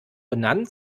benannt